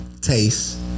taste